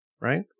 right